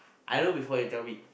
I know before you tell me